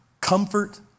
comfort